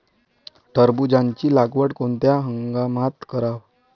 टरबूजाची लागवड कोनत्या हंगामात कराव?